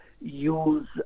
use